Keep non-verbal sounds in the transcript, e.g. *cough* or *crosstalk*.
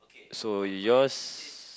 *noise* so yours